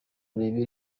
urebe